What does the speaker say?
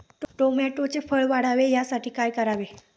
टोमॅटोचे फळ वाढावे यासाठी काय करावे?